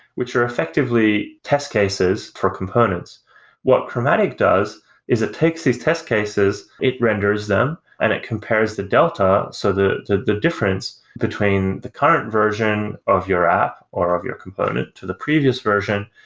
which are effectively test cases for components what chromatic does is it takes these test cases, it renders them and it compares the delta so the the the difference between the current version of your app, or of your component to the previous version,